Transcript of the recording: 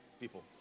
people